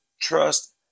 trust